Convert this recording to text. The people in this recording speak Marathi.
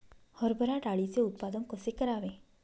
हरभरा डाळीचे उत्पादन कसे करावे?